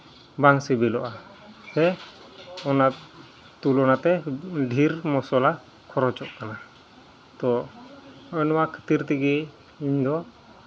ᱵᱟᱝ ᱥᱤᱵᱤᱞᱚᱜᱼᱟ ᱚᱱᱟ ᱛᱩᱞᱚᱱᱟ ᱛᱮ ᱰᱷᱮᱨ ᱢᱚᱥᱞᱟ ᱠᱷᱚᱨᱚᱪᱚᱜ ᱠᱟᱱᱟ ᱛᱚ ᱱᱚᱜᱼᱚᱸᱭ ᱱᱚᱣᱟ ᱠᱷᱟᱹᱛᱤᱨ ᱛᱮᱜᱮ ᱤᱧᱫᱚ